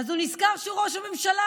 ואז הוא נזכר שהוא ראש הממשלה,